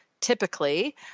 typically